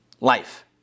life